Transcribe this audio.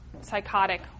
psychotic